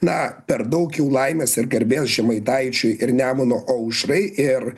na per daug jau laimės ir garbės žemaitaičiui ir nemuno aušrai ir